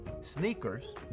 sneakers